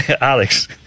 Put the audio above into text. Alex